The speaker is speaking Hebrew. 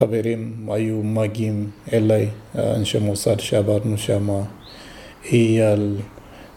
חברים היו מגעים אליי, אנשי מוסד שעברנו שמה. אייל